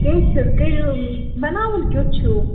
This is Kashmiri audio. کیٚنٛہہ چھُ نہٕ کٔرِو بَناوُن کٮُ۪تھ چھُو